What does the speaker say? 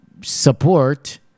support